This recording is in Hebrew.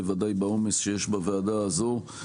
בוודאי בעומס שיש לוועדה הזו.